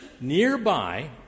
Nearby